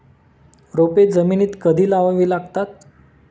रोपे जमिनीत कधी लावावी लागतात?